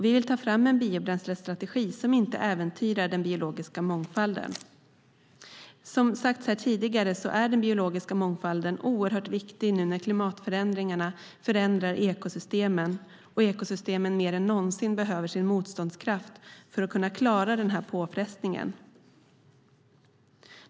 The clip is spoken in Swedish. Vi vill ta fram en biobränslestrategi som inte äventyrar den biologiska mångfalden. Som sagts tidigare i debatten är den biologiska mångfalden oerhört viktig nu när klimatförändringarna förändrar ekosystemen, och ekosystemen mer än någonsin behöver sin motståndskraft för att kunna klara påfrestningen.